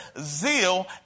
zeal